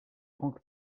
franck